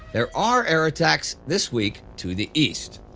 there are air attacks this week to the east.